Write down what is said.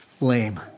lame